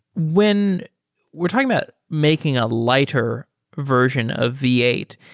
when we're talking about making a lighter version of v eight,